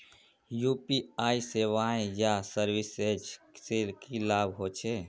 UPI सेवाएँ या services से की लाभ होचे?